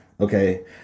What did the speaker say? Okay